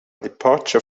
departure